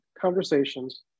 conversations